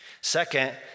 Second